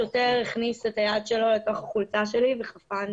שוטר הכניס את היד שלו לתוך החולצה שלי וחפן